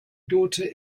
daughter